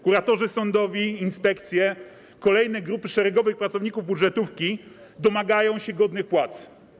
Kuratorzy sądowi, inspekcje, kolejne grupy szeregowych pracowników budżetówki domagają się godnych płac.